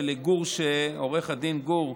ולעו"ד גור,